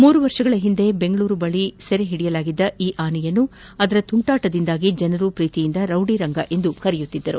ಮೂರು ವರ್ಷಗಳ ಒಂದೆ ಬೆಂಗಳೂರು ಬಳಿ ಸೆರೆ ಓಡಿಯಲಾಗಿದ್ದ ಈ ಆನೆಯನ್ನು ಆದರ ತುಂಟಾಟದಿಂದಾಗಿ ಜನರು ಪ್ರೀತಿಯಿಂದ ರೌಡಿ ರಂಗ ಎಂದು ಕರೆಯುತ್ತಿದ್ದರು